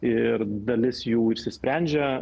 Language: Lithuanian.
ir dalis jų išsisprendžia